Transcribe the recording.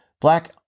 Black